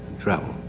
travel.